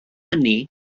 hynny